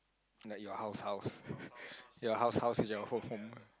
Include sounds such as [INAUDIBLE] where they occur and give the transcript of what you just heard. like your house house [LAUGHS] your house house your home home